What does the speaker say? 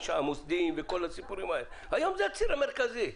המוסדיים וכל הסיפורים האלה היום זה הציר המרכזי.